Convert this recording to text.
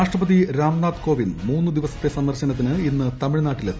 രാഷ്ട്രപതി രാം നാഥ് ക്യോഹിന്ദ് മൂന്ന് ദിവസത്തെ സന്ദർശനത്തിന് ന് ഇന്ന് തമിഴ്നാട്ടിൽ എത്തും